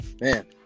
Man